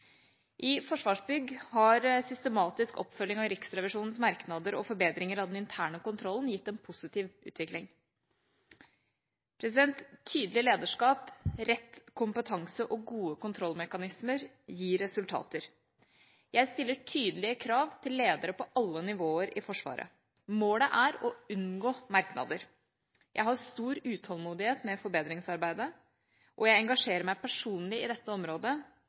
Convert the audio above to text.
I Forsvarsbygg har systematisk oppfølging av Riksrevisjonens merknader og forbedringer av den interne kontrollen gitt en positiv utvikling. Tydelig lederskap, rett kompetanse og gode kontrollmekanismer gir resultater. Jeg stiller tydelige krav til ledere på alle nivåer i Forsvaret. Målet er å unngå merknader. Jeg har stor utålmodighet med forbedringsarbeidet, og jeg engasjerer meg personlig i dette området